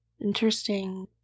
interesting